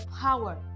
power